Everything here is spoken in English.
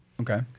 Okay